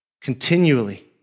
continually